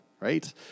right